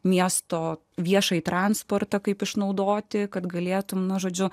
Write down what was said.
miesto viešąjį transportą kaip išnaudoti kad galėtumei nuo žodžiu